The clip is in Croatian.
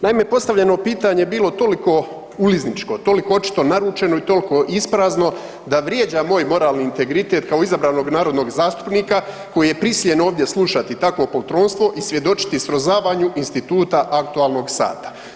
Naime, postavljeno pitanje je bilo toliko ulizničko, toliko očito naručeno i toliko isprazno da vrijeđa moj moralni integritet kao izabranog narodnog zastupnika koji je prisiljen ovdje slušati takvo poltronstvo i svjedočiti srozavanju instituta aktualnog sata.